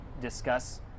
discuss